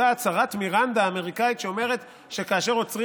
אותה אזהרת מירנדה אמריקאית שאומרת שכאשר עוצרים